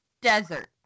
desert